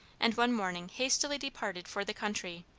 and one morning hastily departed for the country,